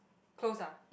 close ah